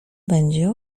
będzie